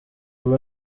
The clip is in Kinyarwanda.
ubu